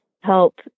help